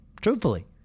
truthfully